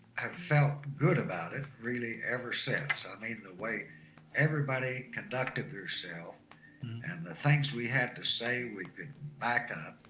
have felt good about and really ever since. i mean, the way everybody conducted theirself and the things we had to say we could back up.